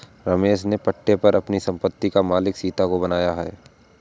रमेश ने पट्टे पर अपनी संपत्ति का मालिक सीता को बनाया है